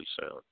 sound